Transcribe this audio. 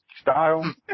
style